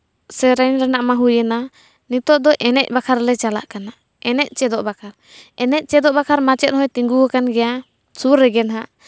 ᱥᱮᱨᱮᱧ ᱨᱮᱱᱟᱜ ᱢᱟ ᱦᱩᱭᱮᱱᱟ ᱱᱤᱛᱚᱜ ᱫᱚ ᱮᱱᱮᱡ ᱵᱟᱠᱷᱨᱟ ᱞᱮ ᱪᱟᱞᱟᱜ ᱠᱟᱱᱟ ᱮᱱᱮᱡ ᱪᱮᱫᱚᱜ ᱵᱟᱠᱷᱨᱟ ᱮᱱᱮᱡ ᱪᱮᱫᱚᱜ ᱵᱟᱠᱷᱨᱟ ᱢᱟᱪᱮᱫ ᱦᱚᱭ ᱛᱤᱸᱜᱩ ᱟᱠᱟᱱ ᱜᱮᱭᱟ ᱥᱩᱨ ᱨᱮᱜᱮ ᱦᱟᱸᱜ